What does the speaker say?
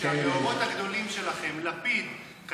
איך אתה מדבר על ציניות